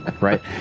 Right